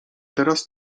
teraz